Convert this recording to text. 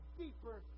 deeper